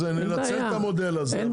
ננצל את המודל הזה.